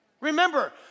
Remember